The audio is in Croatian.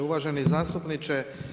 Uvaženi zastupniče.